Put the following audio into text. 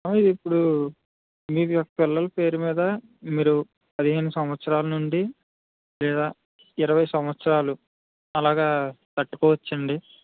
ఇప్పుడు మీ యొక్క పిల్లల్ల పేరు మీద మీరు పదిహేను సంవత్సరాలనుండి లేదా ఇరవై సంవత్సరాలు అలాగా కట్టుకోవచ్చు అండి